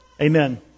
Amen